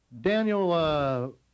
Daniel